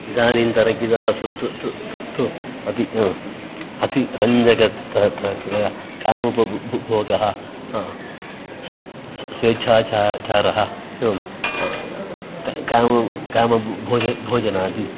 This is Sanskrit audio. इदानीं तन गीतासु तु तु तु तु आदि अतिरञ्जकः त त त कामुपभोगः भोगः स्व् स्वेच्छाचारः चारः यो क् काम काम भ् भोज भोजनादि